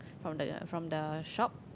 from the from the shop